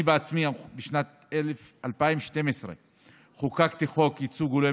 אני בעצמי בשנת 2012 חוקקתי חוק ייצוג הולם